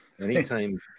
Anytime